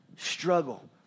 struggle